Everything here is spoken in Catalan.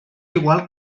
igual